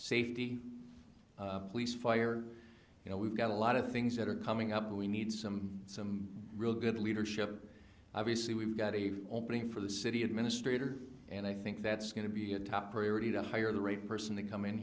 safety police fire you know we've got a lot of things that are coming up and we need some some real good leadership obviously we've got a opening for the city administrator and i think that's going to be a top priority to hire the right person to come in